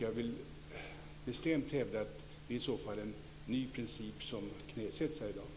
Jag vill bestämt hävda att det i så fall är en ny princip som knäsätts här i dag.